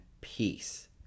peace